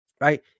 right